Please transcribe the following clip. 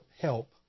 help